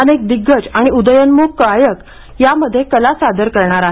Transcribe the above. अनेक दिग्गज आणि उदयोन्मुख गायक यामध्ये कला सादर करणार आहेत